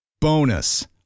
Bonus